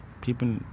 people